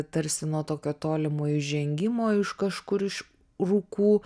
tarsi nuo tokio tolimo įžengimo iš kažkur iš rūkų